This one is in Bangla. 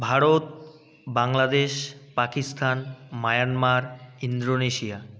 Bharat Bangladesh Pakistan Myanmar Indonesia